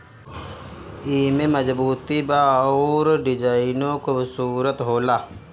एमे मजबूती बा अउर डिजाइनो खुबसूरत होला